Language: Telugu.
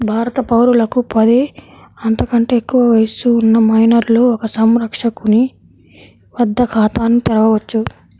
భారత పౌరులకు పది, అంతకంటే ఎక్కువ వయస్సు ఉన్న మైనర్లు ఒక సంరక్షకుని వద్ద ఖాతాను తెరవవచ్చు